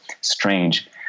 strange